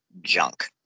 junk